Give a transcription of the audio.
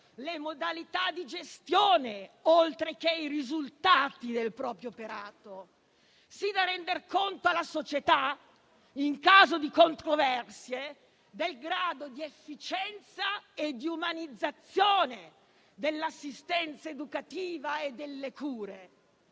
in modo trasparente, e così pure i risultati del proprio operato, in modo da rendere conto alla società, in caso di controversie, del grado di efficienza e di umanizzazione dell'assistenza educativa e delle cure;